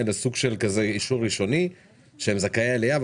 אלא לקבל סוג של אישור ראשוני של זכאי עלייה,